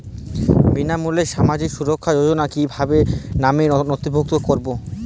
বিনামূল্যে সামাজিক সুরক্ষা যোজনায় কিভাবে নামে নথিভুক্ত করবো?